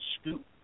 scoop